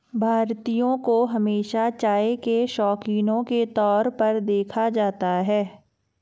भारतीयों को हमेशा चाय के शौकिनों के तौर पर देखा जाता है